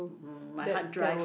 mm my hard drive